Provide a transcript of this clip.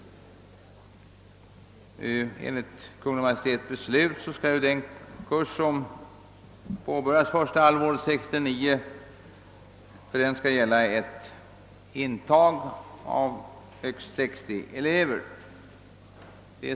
Enligt Kungl. Maj:ts beslut skall för den kurs som påbörjas första halvåret 1969 tillåtas en intagning av högst 60 elever.